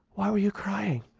why were you crying?